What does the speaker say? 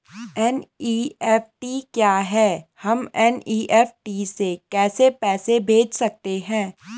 NEFT क्या है हम एन.ई.एफ.टी से कैसे पैसे भेज सकते हैं?